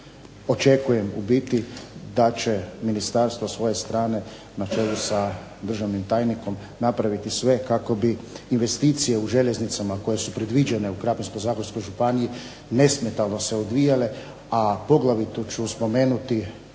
očekujem u biti da će Ministarstvo sa svoje strane na čelu sa državnim tajnikom napraviti sve kako bi investicije u željeznicama koje su predviđene u Krapinsko-zagorskoj županiji nesmetano se odvijale a poglavito ću spomenuti